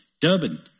Durban